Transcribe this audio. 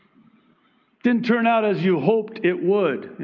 didn't turn out as you hoped it would.